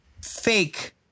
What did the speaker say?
fake